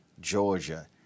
Georgia